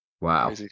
wow